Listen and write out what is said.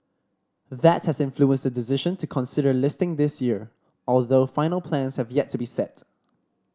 that has influenced the decision to consider listing this year although final plans have yet to be set